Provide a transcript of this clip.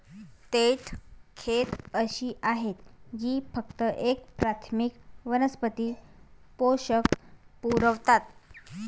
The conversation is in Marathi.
थेट खते अशी आहेत जी फक्त एक प्राथमिक वनस्पती पोषक पुरवतात